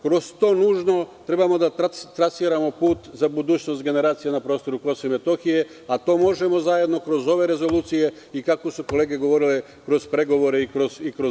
Kroz to nužno treba da straciramo put za budućnost generacija na prostoru KiM, a to možemo zajedno kroz ove rezolucije, i kako su kolege govorile, kroz pregovore i dijalog.